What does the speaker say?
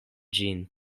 ĝin